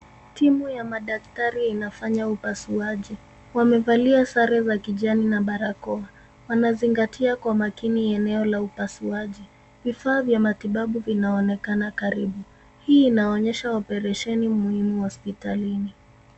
Timu ya madaktari inafanya upasuaji. Wamevalia sare za kijani na barakoa. Wanazingatia kwa makini eneo la upasuaji. Vifaa vya matibabu vinaonekana karibu. Hii inaonyesha oparesheni muhimu hospitalini.